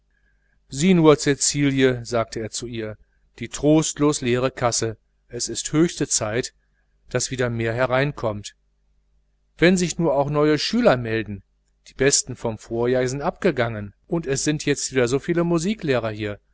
sieh nur cäcilie sagte er zu ihr die trostlos leere kasse es ist höchste zeit daß wieder mehr hineinkommt wenn sich nur auch neue schüler melden die besten vom vorjahr sind abgegangen und es sind jetzt so viele musiklehrer hier